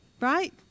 right